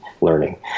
learning